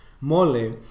mole